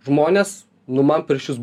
žmonės nu man prieš jus